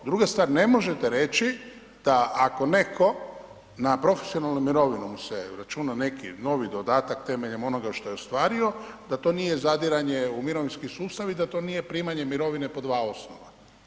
Druga stvar, ne možete reći da ako neko, na profesionalnu mirovinu mu se računa neki novi dodatak temeljem onoga što je ostvario, da to nije zadiranje u mirovinski sustav i da to nije primanje mirovine po dva osnova.